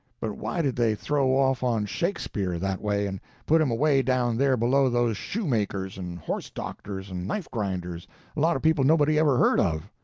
but why did they throw off on shakespeare, that way, and put him away down there below those shoe-makers and horse-doctors and knife-grinders a lot of people nobody ever heard of?